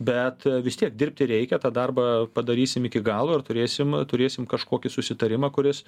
bet vis tiek dirbti reikia tą darbą padarysim iki galo ir turėsim turėsim kažkokį susitarimą kuris